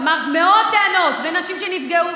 אמרת שיש מאות טענות ונשים שנפגעו,